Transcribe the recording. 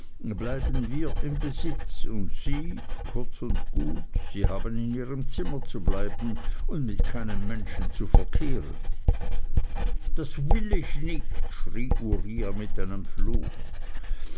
bleiben wir im besitz und sie kurz und gut sie haben in ihrem zimmer zu bleiben und mit keinem menschen zu verkehren das will ich nicht schrie uriah mit einem fluch